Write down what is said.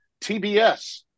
TBS